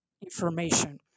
information